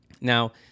Now